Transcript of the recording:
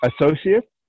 associate